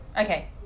okay